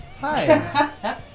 Hi